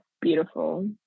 beautiful